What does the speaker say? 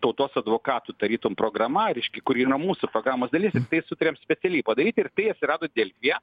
tautos advokatų tarytum programa reiškia kuri yra mūsų programos dalis sutarėm specialiai padaryti ir tai atsirado delfyje